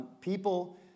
people